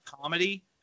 comedy